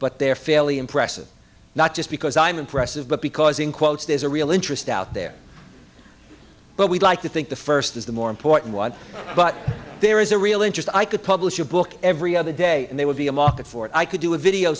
but they are fairly impressive not just because i'm impressive but because in quotes there's a real interest out there but we'd like to think the first is the more important one but there is a real interest i could publish a book every other day and they would be a market for it i could do a video